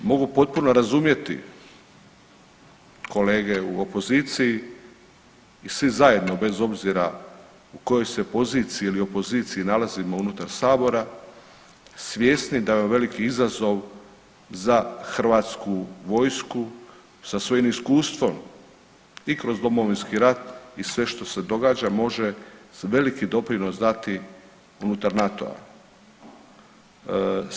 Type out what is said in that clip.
Mogu potpuno razumjeti kolege u opoziciji i svi zajedno bez obzira u kojoj se poziciji ili opoziciji nalazimo unutar Sabora, svjesni da je ovo veliki izazov za hrvatsku vojsku sa svojim iskustvom i kroz Domovinski rat i sve što se događa može veliki doprinos dati unutar NATO-a.